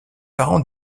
parents